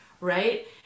Right